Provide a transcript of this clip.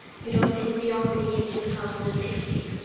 you don't think beyond the year two thousand and fifty.